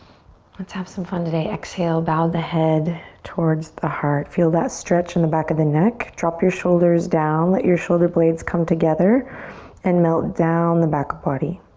let's have some fun today. exhale, bow the head towards the heart. feel that stretch in the back of the neck. drop your shoulders down. let your shoulder blades come together and melt down the back body.